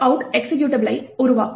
out எக்சிகியூட்டபிளை உருவாக்கும்